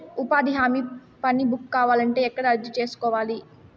ఉపాధి హామీ పని బుక్ కావాలంటే ఎక్కడ అర్జీ సేసుకోవాలి?